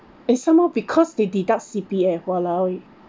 and some more because they deduct C_P_F !walao! eh